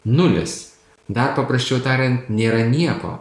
nulis dar paprasčiau tariant nėra nieko